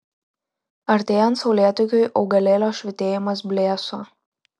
artėjant saulėtekiui augalėlio švytėjimas blėso